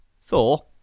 Thor